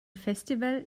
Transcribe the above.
festival